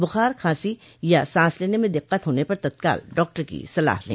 बुखार खांसी या सांस लेने में दिक्कत होने पर तत्काल डॉक्टर की सलाह लें